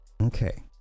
Okay